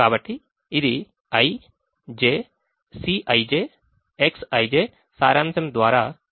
కాబట్టి ఇది i j Cij Xij సారాంశం ద్వారా ఇవ్వబడుతుంది